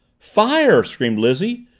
fire! screamed lizzie,